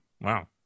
Wow